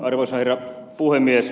arvoisa herra puhemies